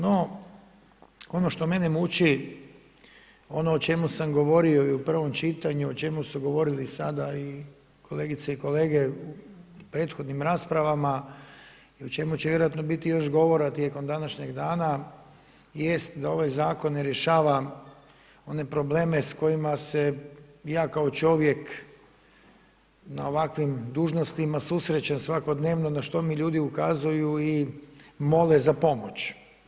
No, ono što mene muči, ono o čemu sam govorio i u prvom čitanju, o čemu su govorili sada i kolegice i kolege u prethodnim raspravama i o čemu će vjerojatno biti još govora tijekom današnjeg dana, jest da ovaj Zakon ne rješava one probleme s kojima se ja kao čovjek na ovakvim dužnostima susrećem svakodnevno, na što mi ljudi ukazuju i mole za pomoć.